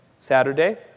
Saturday